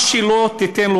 מה שלא תיתן לו